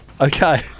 Okay